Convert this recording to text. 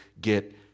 get